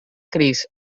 crist